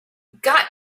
got